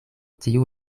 tiu